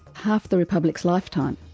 half the republic's lifetime.